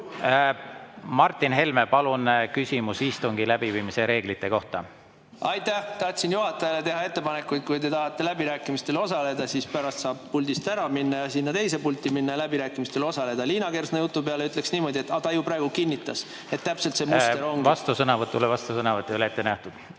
Martin Helme, palun küsimus istungi läbiviimise reeglite kohta. Aitäh! Tahtsin juhatajale teha ettepaneku, et kui te tahate läbirääkimistel osaleda, siis pärast saab puldist ära minna ja sinna teise pulti minna ja läbirääkimistel osaleda. Liina Kersna jutu peale ütleks niimoodi, et ta ju praegu kinnitas, et täpselt nii see muster ongi … Aitäh! Tahtsin juhatajale teha